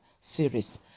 series